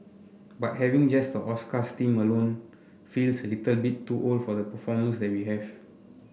but having just the Oscars theme alone feels a little bit too old for the performers that we have